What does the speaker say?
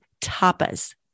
tapas